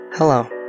Hello